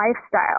lifestyle